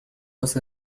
was